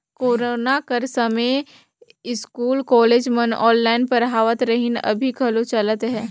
corona कर समें school, college मन ऑनलाईन पढ़ावत रहिन, अभीं घलो चलत अहे